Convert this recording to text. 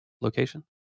location